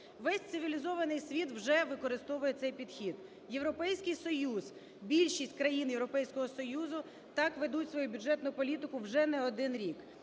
Весь цивілізований світ вже використовує цей підхід. Європейський Союз, більшість країн Європейського Союзу так ведуть свою бюджетну політику вже не один рік.